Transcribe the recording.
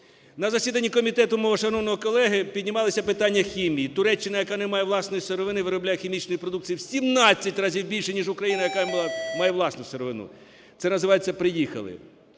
На засіданні комітету мого шановного колеги піднімалися питання хімії. Туреччина, яка не має власної сировини, виробляє хімічної продукції в 17 разів більше, ніж Україна, яка має власну сировину. Це називається: приїхали.